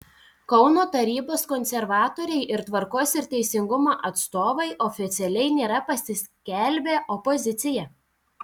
kauno tarybos konservatoriai ir tvarkos ir teisingumo atstovai oficialiai nėra pasiskelbę opozicija